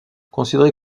considérés